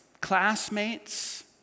classmates